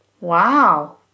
Wow